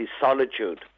solitude